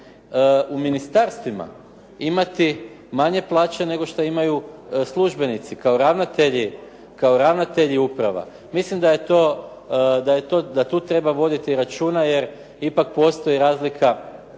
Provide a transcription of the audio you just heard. u ministarstvima imati manje plaće nego što imaju službenici kao ravnatelji uprava. Mislim da tu treba voditi računa jer ipak postoji razlika